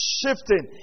shifting